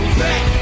back